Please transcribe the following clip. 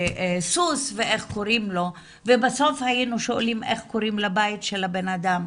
הסוס ואיך קוראים לו ובסוף היינו שואלים איך קוראים לבית של הבנאדם.